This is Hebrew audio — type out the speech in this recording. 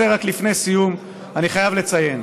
לפני סיום אני חייב לציין: